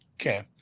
Okay